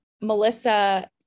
Melissa